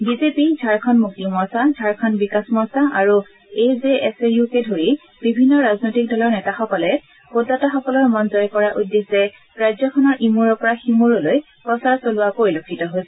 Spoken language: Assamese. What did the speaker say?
বিজেপি ঝাৰখণু মুক্তি মৰ্চা ঝাৰখণু বিকাশ মৰ্চা আৰু এ জে এছ ইউকে ধৰি বিভিন্ন ৰাজনৈতিক দলৰ নেতাসকলে ভোটদাতাসকলৰ মন জয় কৰাৰ উদ্দেশ্যে ৰাজ্যখনৰ ইমূৰৰ পৰা সিমূৰলৈ প্ৰচাৰ চলোৱা পৰিলক্ষিত হৈছে